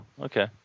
okay